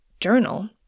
journal